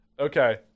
Okay